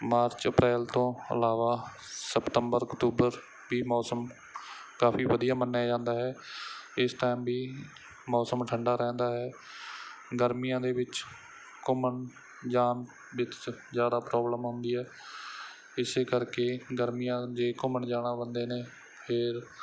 March April ਤੋਂ ਇਲਾਵਾ ਸਪਤੰਬਰ ਅਕਤੂਬਰ ਵੀ ਮੌਸਮ ਕਾਫੀ ਵਧੀਆ ਮੰਨਿਆ ਜਾਂਦਾ ਹੈ ਇਸ ਟਾਈਮ ਵੀ ਮੌਸਮ ਠੰਡਾ ਰਹਿੰਦਾ ਹੈ ਗਰਮੀਆਂ ਦੇ ਵਿੱਚ ਘੁੰਮਣ ਜਾਣ ਵਿੱਚ ਜ਼ਿਆਦਾ ਪ੍ਰੋਬਲਮ ਆਉਂਦੀ ਹੈ ਇਸ ਕਰਕੇ ਗਰਮੀਆਂ ਜੇ ਘੁੰਮਣ ਜਾਣਾ ਬੰਦੇ ਨੇ ਫੇਰ